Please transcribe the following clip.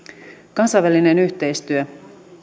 kansainvälinen yhteistyö